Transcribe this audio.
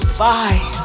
Bye